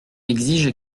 exige